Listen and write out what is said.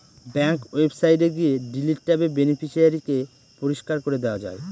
bank ওয়েবসাইটে গিয়ে delete ট্যাবে বেনিফিশিয়ারি কে পরিষ্কার করে দেওয়া যায়